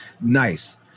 Nice